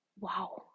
wow